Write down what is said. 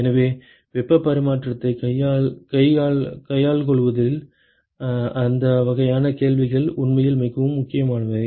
எனவே வெப்பப் பரிமாற்றத்தைக் கையாள்வதில் அந்த வகையான கேள்விகள் உண்மையில் மிகவும் முக்கியமானவை